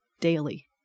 daily